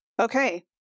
Okay